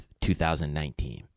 2019